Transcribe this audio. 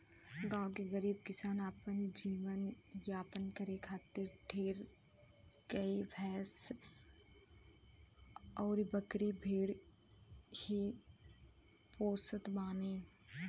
गांव के गरीब किसान अपन जीवन यापन करे खातिर ढेर गाई भैस अउरी बकरी भेड़ ही पोसत बाने